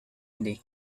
eddie